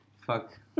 fuck